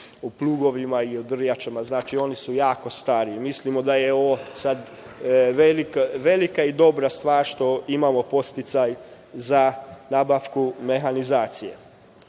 o plugovima i o drljačama. Znači, oni su jako stari. Mislimo da je ovo sad velika i dobra stvar što imamo podsticaj za nabavku mehanizacije. Što